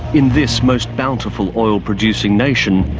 in this most bountiful oil-producing nation,